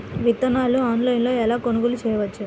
విత్తనాలను ఆన్లైనులో ఎలా కొనుగోలు చేయవచ్చు?